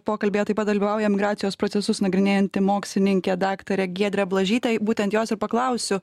pokalbyje taip pat dalyvauja migracijos procesus nagrinėjanti mokslininkė daktarė giedrė blažytė būtent jos ir paklausiu